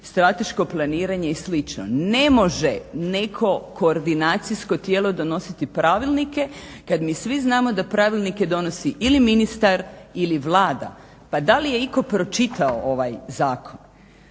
strateško planiranje i slično. Ne može neko koordinacijsko tijelo donositi pravilnike kada mi svi znamo da pravilnike donosi ili ministar ili Vlada. Pa da li je itko pročitao ovaj zakon?